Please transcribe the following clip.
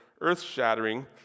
earth-shattering